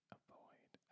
avoid